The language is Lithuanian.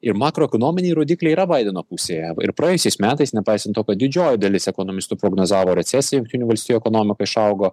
ir makroekonominiai rodikliai yra baideno pusėje ir praėjusiais metais nepaisant to kad didžioji dalis ekonomistų prognozavo recesiją jungtinių valstijų ekonomika išaugo